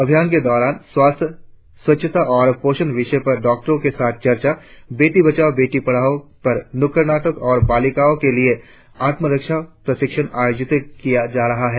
आयोजन के दौरान स्वास्थ्य स्वच्छता और पोषण विषय पर डॉक्टरो के साथ चर्चा बेटी बचाओ बेटी पढ़ाओं पर नुक्कड़ नाटक और बालिकाओं के लिए आत्मरक्षा प्रशिक्षण आयोजित किया जा रहा है